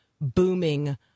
booming